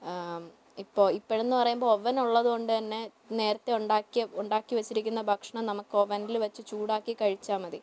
ഇപ്പോൾ ഇപ്പോഴെന്നു പറയുമ്പോൾ അവനുള്ളതുകൊൻടു തന്നെ നേരത്തെ ഉണ്ടാക്കിയ ഉണ്ടാക്കി വെച്ചിരിക്കുന്ന ഭക്ഷണം നമുക്കവനിൽ വെച്ച് ചൂടാക്കി കഴിച്ചാൽ മതി